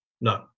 No